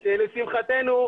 לשמחתנו,